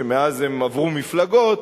שמאז הם עברו מפלגות,